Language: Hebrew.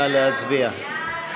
נא להצביע.